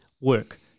work